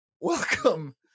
welcome